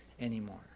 anymore